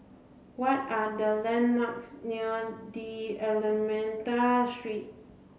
what are the landmarks near D'almeida Street